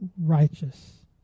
righteous